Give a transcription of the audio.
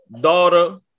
daughter